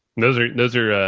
those are, those are, ah,